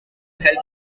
help